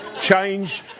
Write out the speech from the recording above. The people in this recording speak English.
change